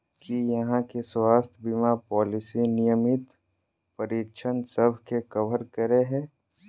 की अहाँ केँ स्वास्थ्य बीमा पॉलिसी नियमित परीक्षणसभ केँ कवर करे है?